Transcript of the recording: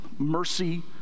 Mercy